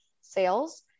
sales